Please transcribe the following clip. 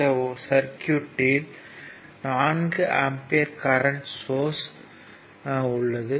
இந்த சர்க்யூட்யில் 4 ampere current source உள்ளது